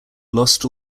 lost